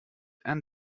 and